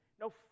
no